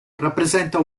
rappresenta